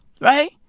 Right